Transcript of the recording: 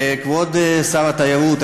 כבוד שר התיירות,